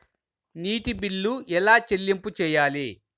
నీటి బిల్లు ఎలా చెల్లింపు చేయాలి?